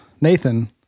Nathan